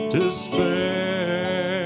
despair